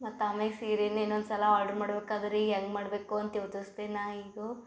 ಮತ್ತು ಆಮ್ಯಾಗ ಸೀರೆನ ಇನ್ನೊಂದು ಸಲ ಆರ್ಡ್ರ್ ಮಾಡ್ಬೇಕಾದ್ರೆ ಈಗ ಹೆಂಗೆ ಮಾಡಬೇಕು ಅಂತ ಯೋಚಸ್ದೆ ನಾ ಈಗ